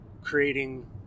creating